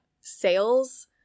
sales